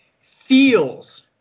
Feels